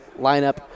lineup